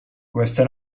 questa